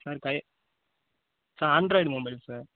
sir தை sir Android mobile sir